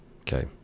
Okay